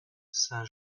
saint